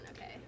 Okay